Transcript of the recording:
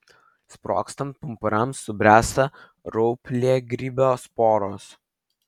sprogstant pumpurams subręsta rauplėgrybio sporos